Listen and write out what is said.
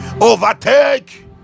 overtake